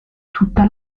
tutta